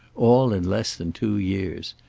all in less than two years.